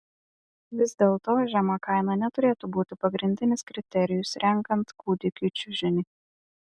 vis dėlto žema kaina neturėtų būti pagrindinis kriterijus renkant kūdikiui čiužinį